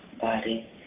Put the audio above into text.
body